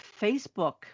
Facebook